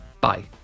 Bye